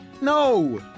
No